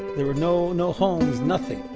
there were no no homes, nothing.